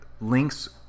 links